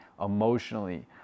emotionally